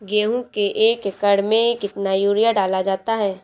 गेहूँ के एक एकड़ में कितना यूरिया डाला जाता है?